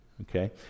Okay